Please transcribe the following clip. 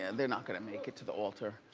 and they're not gonna make it to the altar.